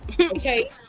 okay